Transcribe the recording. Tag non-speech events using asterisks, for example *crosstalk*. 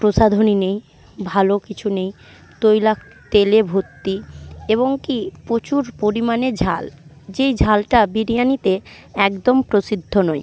প্রসাধনী নেই ভালো কিছু নেই *unintelligible* তেলে ভর্তি এবং কি প্রচুর পরিমাণে ঝাল যে ঝালটা বিরিয়ানিতে একদম প্রসিদ্ধ নয়